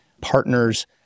partners